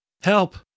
Help